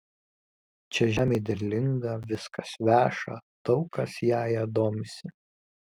čia žemė derlinga viskas veša daug kas jąja domisi